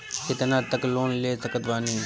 कितना तक लोन ले सकत बानी?